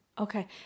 Okay